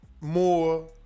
more